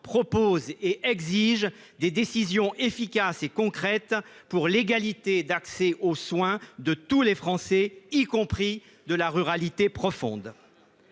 propose et exige des décisions efficaces et concrètes pour l'égalité d'accès aux soins de tous les Français, y compris ceux de la ruralité profonde.